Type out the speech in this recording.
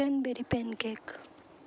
crain barry pan cake